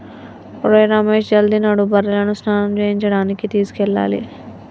ఒరేయ్ రమేష్ జల్ది నడు బర్రెలను స్నానం చేయించడానికి తీసుకెళ్లాలి